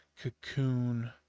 Cocoon